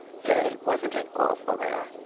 say, wasn't it awful there?